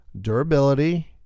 durability